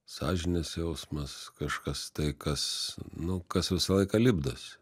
sąžinės jausmas kažkas tai kas nu kas visą laiką lipdosi